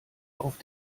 auf